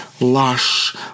lush